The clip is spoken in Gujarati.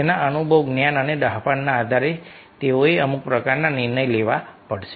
તેમના અનુભવ જ્ઞાન અને ડહાપણના આધારે તેઓએ અમુક પ્રકારના નિર્ણય લેવા પડશે